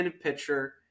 pitcher